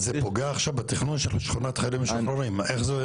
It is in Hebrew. לפיתוח היישובים הדרוזים וכראש רשות לשעבר.